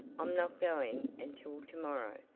i'm not going until to-morrow,